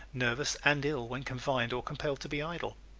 nervous and ill when confined or compelled to be idle.